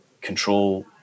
control